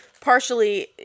partially